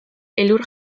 elur